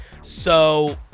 So-